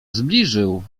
zbliżył